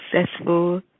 successful